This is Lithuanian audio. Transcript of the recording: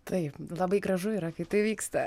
taip labai gražu yra kai tai vyksta